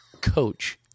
coach